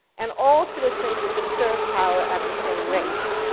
and all citizens would be served power at the same rates.